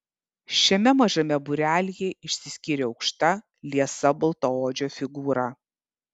šiame mažame būrelyje išsiskyrė aukšta liesa baltaodžio figūra